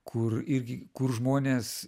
kur irgi kur žmonės